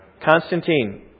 Constantine